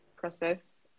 process